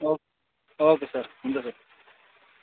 okay okay sir हुन्छ sir